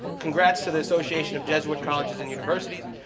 congrats to the association of jesuit colleges and universities.